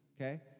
Okay